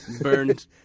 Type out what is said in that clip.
burned